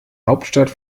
hauptstadt